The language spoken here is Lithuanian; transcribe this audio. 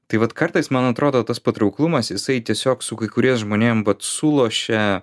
tai vat kartais man atrodo tas patrauklumas jisai tiesiog su kai kuriais žmonėm vat sulošia